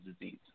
disease